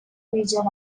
region